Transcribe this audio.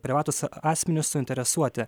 privatūs asmenys suinteresuoti